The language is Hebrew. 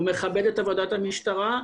הוא מכבד את עבודת המשטרה,